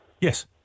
Yes